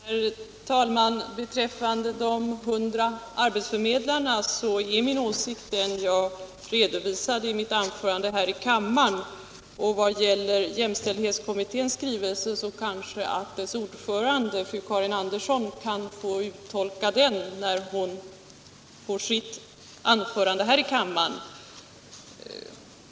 Herr talman! Beträffande de 100 arbetsförmedlarna är min åsikt den jag redovisade i mitt anförande här. Jämställdhetskommitténs skrivelse kan dess ordförande, fröken Karin Andersson, få uttolka när hon senare håller sitt anförande i kammaren.